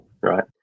right